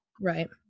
Right